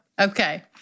Okay